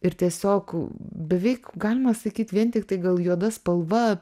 ir tiesiog beveik galima sakyt vien tiktai gal juoda spalva